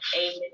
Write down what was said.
Amen